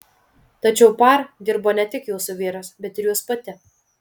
tačiau par dirbo ne tik jūsų vyras bet ir jūs pati